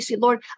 Lord